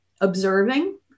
observing